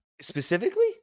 Specifically